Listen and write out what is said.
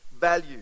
value